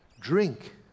drink